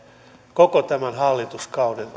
koko tämän hallituskauden